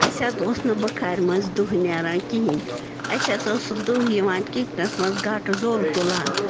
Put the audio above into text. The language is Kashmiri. اَسہِ حظ اوس نہٕ بُخارِ منٛز دٕہ نیران کِہیٖنۍ اَسہِ حظ اوس سُہ دٕہ یِوان کِچنَس منٛز گٹہٕ زوٚل تُلان